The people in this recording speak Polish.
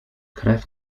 krew